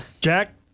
Jack